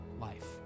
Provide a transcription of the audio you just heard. life